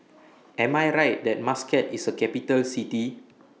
Am I Right that Muscat IS A Capital City